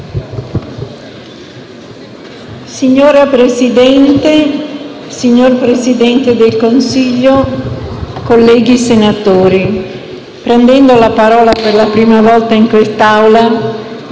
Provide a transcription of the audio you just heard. Signor Presidente, signor Presidente del Consiglio, colleghi senatori, prendendo la parola per la prima volta in quest'Aula